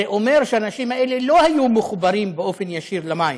זה אומר שהאנשים האלה לא היו מחוברים באופן ישיר למים,